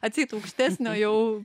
atseit aukštesnio jau